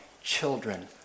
children